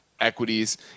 equities